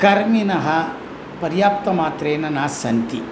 करणेन पर्याप्तमात्रेण न सन्ति